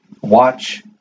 watch